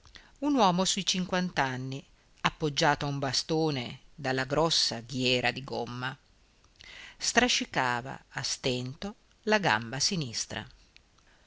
un uomo sui cinquant'anni appoggiato a un bastone dalla grossa ghiera di gomma strascicava a stento la gamba sinistra